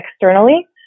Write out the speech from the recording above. externally